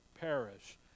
perish